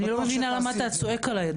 אני לא מבינה למה אתה צועק עלי?